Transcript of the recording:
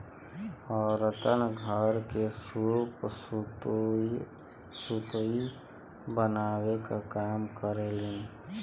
औरतन घर के सूप सुतुई बनावे क काम करेलीन